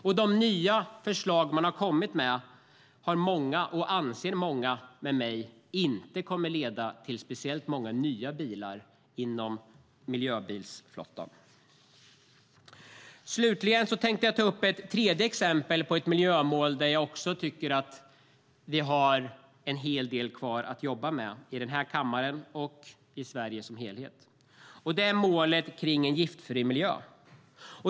Och de nya förslag man har kommit med anser många med mig inte kommer att leda till speciellt många nya bilar inom miljöbilsflottan. Slutligen tänkte jag ta upp ett annat miljömål där jag också tycker att vi har en hel del kvar att jobba med i den här kammaren och i Sverige som helhet. Det är målet kring en giftfri miljö.